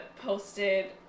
posted